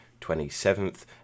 27th